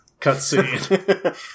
cutscene